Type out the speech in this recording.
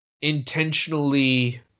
intentionally